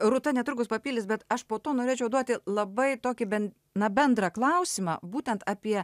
rūta netrukus papildys bet aš po to norėčiau duoti labai tokį bent na bendrą klausimą būtent apie